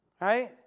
Right